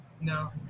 no